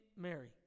Mary